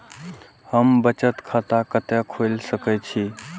हम बचत खाता कते खोल सके छी?